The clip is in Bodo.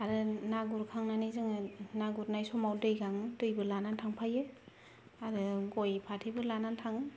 आरो ना गुरखांनानै जोङो ना गुरनाय समाव दै गाङो दैबो लानानै थांफायो आरो गय फाथैबो लानानै थाङो